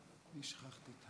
שכחתי את